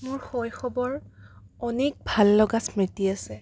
মোৰ শৈশৱৰ অনেক ভাললগা স্মৃতি আছে